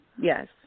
Yes